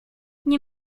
nie